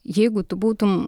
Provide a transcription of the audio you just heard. jeigu tu būtum